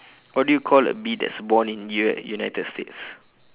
what do you call a bee that's born in u~ united states